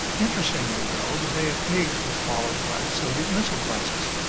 interestingly though, the bay of pigs was followed by the soviet missile crisis.